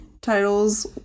titles